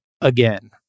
again